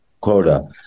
quota